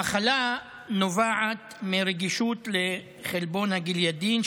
המחלה נובעת מרגישות לחלבון גליאדין,